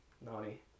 Nani